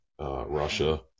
Russia